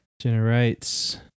Generates